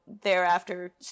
thereafter